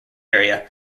area